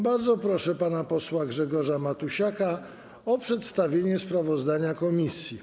Bardzo proszę pana posła Grzegorza Matusiaka o przedstawienie sprawozdania komisji.